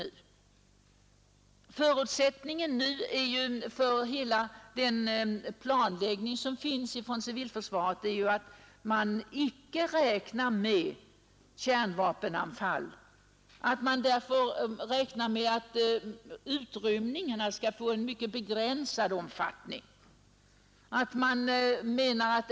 Nu är förutsättningen för civilförsvarssamordningarna att det inte blir kärnvapenanfall, och utrymningarna skall då få en mycket begränsad omfattning.